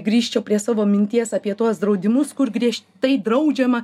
grįžčiau prie savo minties apie tuos draudimus kur griežtai draudžiama